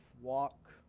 walk